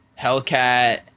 Hellcat